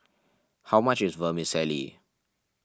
how much is Vermicelli